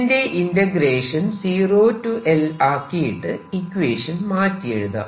ഇതിന്റെ integration 0 L ആക്കിയിട്ട് equation മാറ്റി എഴുതാം